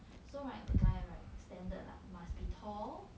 so right the guy right standard lah must be tall